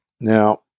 Now